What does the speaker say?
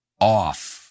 off